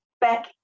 back